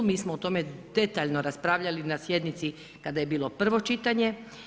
Mi smo o tome detaljno raspravljali na sjednici kada je bilo prvo čitanje.